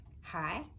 Hi